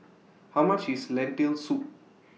How much IS Lentil Soup